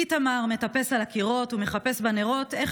איתמר מטפס על הקירות ומחפש בנרות איך